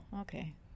okay